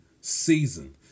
season